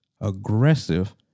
aggressive